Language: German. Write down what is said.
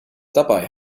dabei